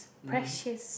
precious